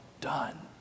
done